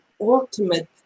ultimate